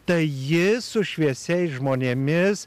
tai jis su šviesiais žmonėmis